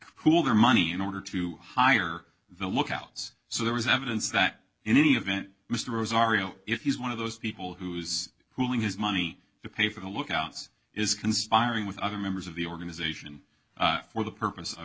cool their money in order to hire the lookouts so there is evidence that in any event mr rosario if he's one of those people who is willing his money to pay for the lookouts is conspiring with other members of the organization for the purpose of